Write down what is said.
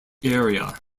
area